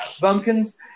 Bumpkins